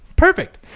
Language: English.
Perfect